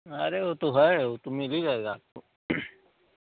आरे वह तो है वह तो मिल ही जाएगा आपको